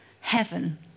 heaven